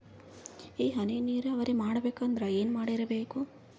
ಈ ಹನಿ ನೀರಾವರಿ ಮಾಡಬೇಕು ಅಂದ್ರ ಏನ್ ಮಾಡಿರಬೇಕು?